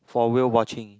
for whale watching